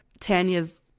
Tanya's